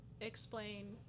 explain